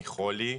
מחולי.